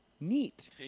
Neat